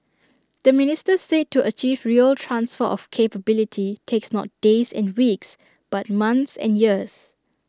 the minister said to achieve real transfer of capability takes not days and weeks but months and years